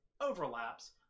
overlaps